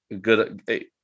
good